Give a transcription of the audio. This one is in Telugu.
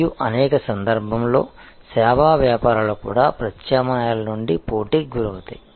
మరియు అనేక సందర్భాల్లో సేవా వ్యాపారాలు కూడా ప్రత్యామ్నాయాల నుండి పోటీకి గురవుతాయి